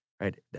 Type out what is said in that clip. right